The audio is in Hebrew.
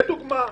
זה מה שקורה.